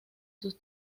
sus